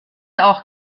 auch